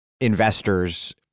investors